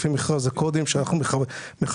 לפי מכרז הקודים אותו אנחנו מחשבים.